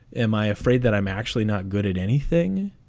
am i afraid that i'm actually not good at anything?